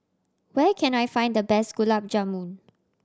where can I find the best Gulab Jamun